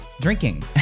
drinking